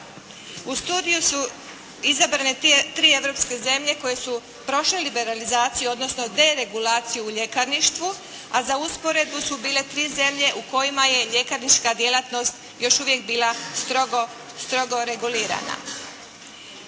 U studiju su izabrane tri europske zemlje koje su prošle liberalizaciju odnosno deregulaciju u ljekarništvu a za usporedbu su bile tri zemlje u kojima je ljekarnička djelatnost još uvijek bila strogo regulirana.